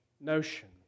notion